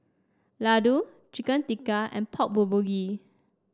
Ladoo Chicken Tikka and Pork Bulgogi